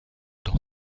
dans